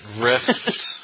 Rift